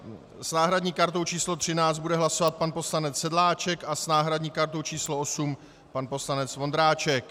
S náhradní kartou číslo 13 bude hlasovat pan poslanec Sedláček a s náhradní kartou číslo 8 pan poslanec Vondráček.